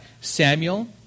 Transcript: Samuel